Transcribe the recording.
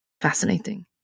fascinating